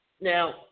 now